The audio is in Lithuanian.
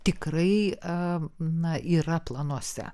tikrai a na yra planuose